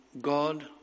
God